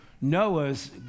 Noah's